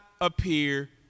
appear